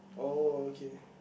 oh okay